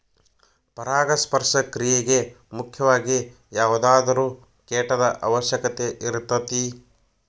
ಪರಾಗಸ್ಪರ್ಶ ಕ್ರಿಯೆಗೆ ಮುಖ್ಯವಾಗಿ ಯಾವುದಾದರು ಕೇಟದ ಅವಶ್ಯಕತೆ ಇರತತಿ